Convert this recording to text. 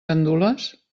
gandules